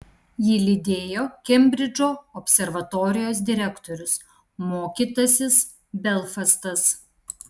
jį lydėjo kembridžo observatorijos direktorius mokytasis belfastas